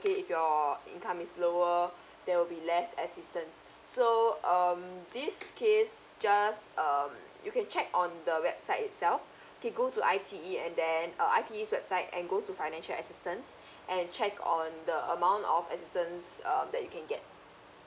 okay if your income is lower there will be less assistance so um this case just um you can check on the website itself okay go to I_T_E and then uh I_T_E's website and go to financial assistance and check on the amount of assistance um that you can get